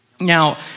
Now